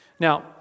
Now